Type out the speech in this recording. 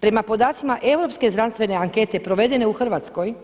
Prema podacima Europske znanstvene ankete provedene u Hrvatskoj